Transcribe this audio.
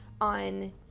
on